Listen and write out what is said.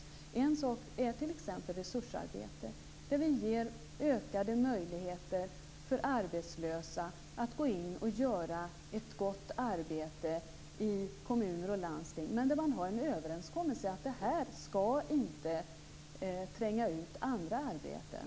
Det kan vara fråga om t.ex. resursarbete som innebär att vi ger arbetslösa ökade möjligheter att gå in och göra ett gott arbete i kommuner och landsting men där det finns en överenskommelse om att detta inte skall tränga ut andra arbeten.